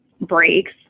breaks